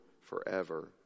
forever